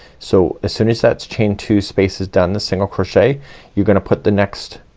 so as soon as that chain two space is done the single crochet you're gonna put the next